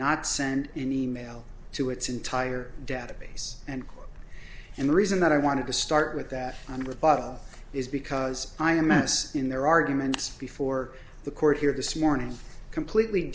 not send an email to its entire database and and the reason that i want to start with that on rebuttal is because i am ass in their arguments before the court here this morning completely